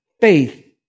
faith